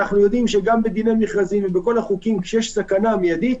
אנחנו יודעים שגם בדיני מכרזים ובכל החוקים כשיש סכנה מיידית,